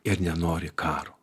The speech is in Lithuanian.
ir nenori karo